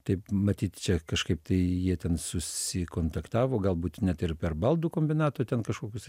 taip matyt čia kažkaip tai jie ten susikontaktavo galbūt net ir per baldų kombinato ten kažkokius